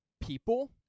people